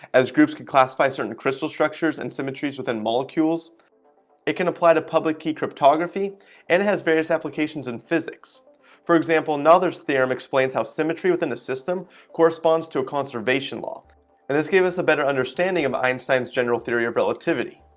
as groups can classify certain crystal structures and symmetries within molecules it can apply to public key cryptography and it has various applications applications in physics for example anothers theorem explains how symmetry within a system corresponds to a conservation law and this gave us a better understanding of einstein's general theory of relativity